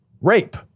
rape